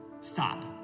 stop